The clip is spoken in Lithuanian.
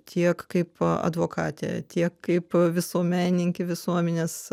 tiek kaip advokatė tiek kaip visuomenininkė visuomenės